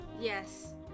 yes